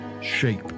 shape